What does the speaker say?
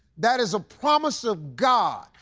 that is a promise of god.